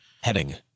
Heading